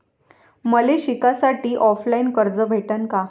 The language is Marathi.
मले शिकासाठी ऑफलाईन कर्ज भेटन का?